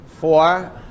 four